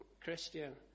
Christian